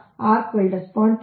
35 ರಿಂದ 0